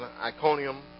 Iconium